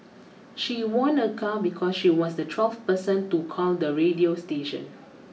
she won a car because she was the twelfth person to call the radio station